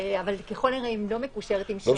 אבל ככל הנראה, היא לא מקושרת עם שב"ס.